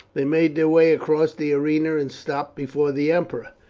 they made their way across the arena and stopped before the emperor.